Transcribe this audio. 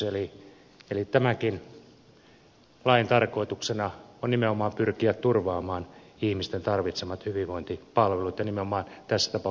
eli tämänkin lain tarkoituksena on nimenomaan pyrkiä turvaamaan ihmisten tarvitsemat hyvinvointipalvelut ja nimenomaan tässä tapauksessa sosiaali ja terveydenhuollon palvelut